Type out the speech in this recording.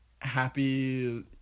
happy